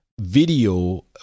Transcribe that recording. video